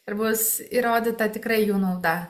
ir bus įrodyta tikrai jų nauda